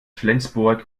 flensburg